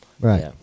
right